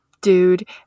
dude